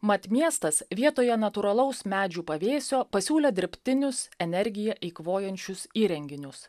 mat miestas vietoje natūralaus medžių pavėsio pasiūlė dirbtinius energiją eikvojančius įrenginius